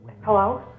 Hello